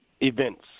events